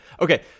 okay